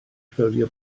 ffurfio